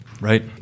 Right